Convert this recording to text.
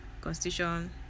Constitution